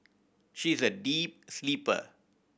she is a deep sleeper